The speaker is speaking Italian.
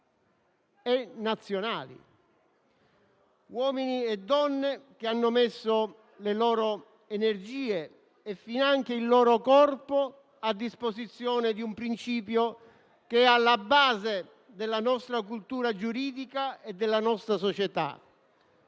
e nazionali, uomini e donne che hanno messo le loro energie e finanche il loro corpo a disposizione di un principio che è alla base della nostra cultura giuridica e della nostra società,